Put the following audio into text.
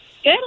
Good